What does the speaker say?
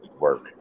work